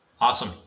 Awesome